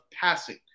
passing